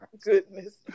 Goodness